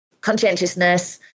Conscientiousness